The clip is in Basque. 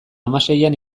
hamaseian